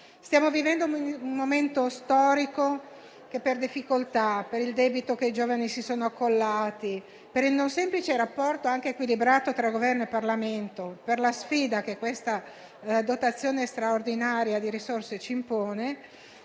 Stiamo vivendo un momento storico che per difficoltà, per il debito che i giovani si sono accollati, per il non semplice rapporto, anche equilibrato, tra Governo e Parlamento, per la sfida che questa dotazione straordinaria di risorse ci impone,